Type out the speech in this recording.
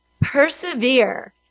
persevere